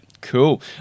cool